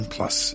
Plus